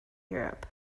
europe